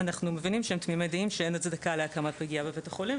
אנחנו מבינים שהם תמימי דעים שאין הצדקה להקמת פגייה בבית החולים,